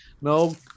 no